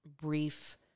brief